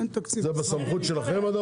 זה בסמכות שלכם?